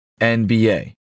NBA